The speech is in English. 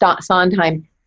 Sondheim